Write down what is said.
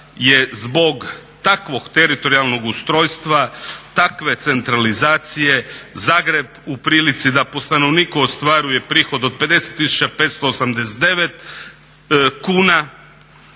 je zbog takvog teritorijalnog ustrojstva, takve centralizacije, Zagreb u prilici da po stanovniku ostvaruje prihod od 50589 kuna,